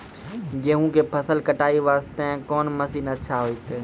गेहूँ के फसल कटाई वास्ते कोंन मसीन अच्छा होइतै?